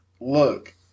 look